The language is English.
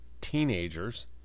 teenagers